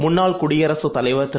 முன்னாள்குடியரசுதலைவர்திரு